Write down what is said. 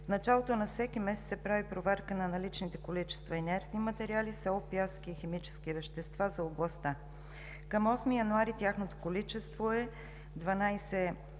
В началото на всеки месец се прави проверка на наличните количества инертни материали, сол, пясък и химически вещества за областта. Към 8 януари 2019 г. тяхното количество е: 12